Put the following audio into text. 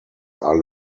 are